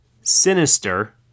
sinister